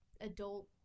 adult